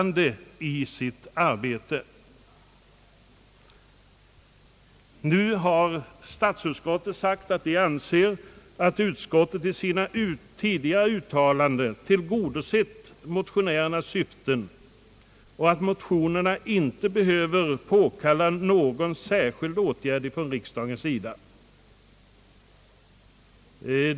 Nu har utskottet sagt att det i sina tidigare uttalanden tillgodosett motionärernas syften och att motionerna inte behöver påkalla någon särskild åtgärd från riksdagens sida.